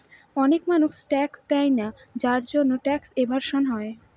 অনেক মানুষ ট্যাক্স দেয়না যার জন্যে ট্যাক্স এভাসন হয়